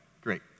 great